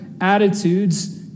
attitudes